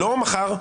לא מחר,